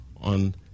on